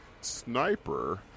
Sniper